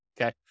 okay